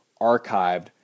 archived